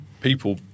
people –